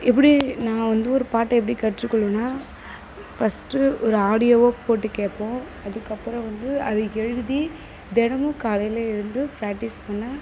எப்படி நான் வந்து ஒரு பாட்டை எப்படி கற்றுக்கொள்வேனா ஃபர்ஸ்ட் ஒரு ஆடியோவா போட்டுக் கேட்போம் அதுக்கப்புறம் வந்து அதை எழுதி தினமும் காலையில் எழுந்து பிராக்ட்டிஸ் பண்ணேன்